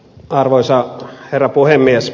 arvoisa herra puhemies